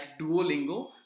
Duolingo